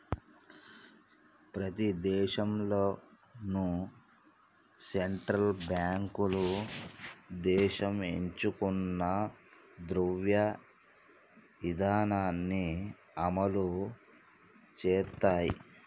ప్రతి దేశంలోనూ సెంట్రల్ బ్యాంకులు దేశం ఎంచుకున్న ద్రవ్య ఇధానాన్ని అమలు చేత్తయ్